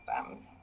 systems